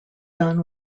done